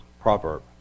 proverb